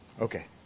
Okay